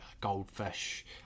goldfish